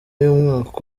y’umwaka